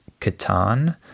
Catan